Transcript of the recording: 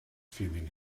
feeling